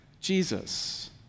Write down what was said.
Jesus